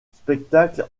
spectacle